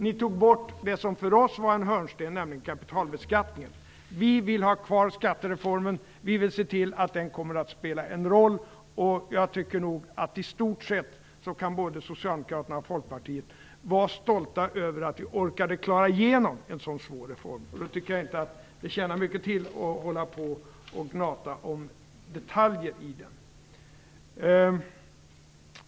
Ni tog bort det som för Socialdemokraterna var en hörnsten, nämligen kapitalbeskattningen. Vi vill har kvar skattereformen och vi vill se till att den kommer att spela en roll. Jag tycker nog att både Socialdemokraterna och Folkpartiet i stort sett kan vara stolta över att vi orkade få igenom en sådan svår reform. Jag tycker inte att det tjänar mycket till att hålla på att gnata om detaljer i denna reform.